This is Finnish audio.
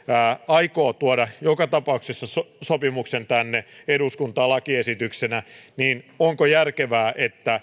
aikoo tuoda joka tapauksessa sopimuksen tänne eduskuntaan lakiesityksenä niin onko järkevää että me